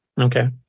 Okay